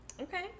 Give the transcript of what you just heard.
Okay